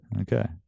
Okay